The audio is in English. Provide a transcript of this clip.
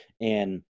And-